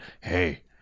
hey